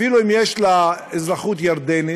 אפילו אם יש לה אזרחות ירדנית,